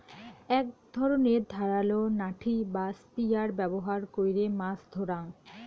এক ধরণের ধারালো নাঠি বা স্পিয়ার ব্যবহার কইরে মাছ ধরাঙ